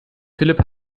philipp